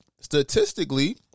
statistically